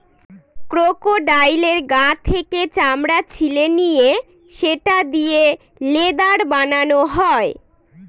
ক্রোকোডাইলের গা থেকে চামড়া ছিলে নিয়ে সেটা দিয়ে লেদার বানানো হয়